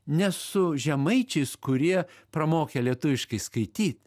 ne su žemaičiais kurie pramokę lietuviškai skaityt